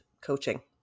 coaching